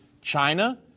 China